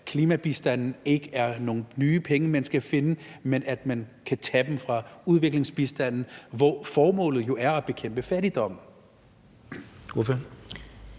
at klimabistanden ikke er nogle nye penge, man skal finde, men at man kan tage dem fra udviklingsbistanden, hvor formålet jo er at bekæmpe fattigdom. Kl.